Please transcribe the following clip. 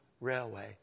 railway